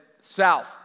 south